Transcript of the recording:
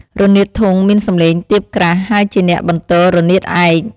រនាតធុង មានសំឡេងទាបក្រាស់ ហើយជាអ្នកបន្ទររនាតឯក។